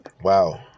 wow